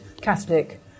Catholic